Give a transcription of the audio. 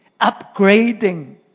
upgrading